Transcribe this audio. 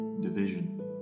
Division